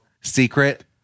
secret